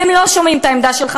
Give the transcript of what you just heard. הם לא שומעים את העמדה שלך.